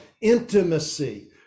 intimacy